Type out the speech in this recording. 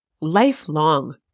Lifelong